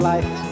life